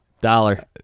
Dollar